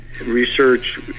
research